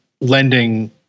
lending